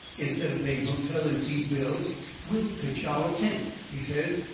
instead of paying hotel and feed bills we'll pitch our tent, he says,